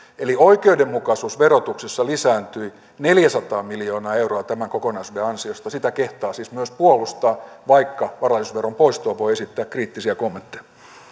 eli oikeudenmukaisuus verotuksessa lisääntyi neljäsataa miljoonaa euroa tämän kokonaisuuden ansiosta sitä kehtaa siis myös puolustaa vaikka varallisuusveron poistosta voi esittää kriittisiä kommentteja